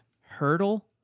Hurdle